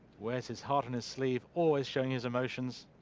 wears his heart on his sleeve. always showing his emotions